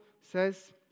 says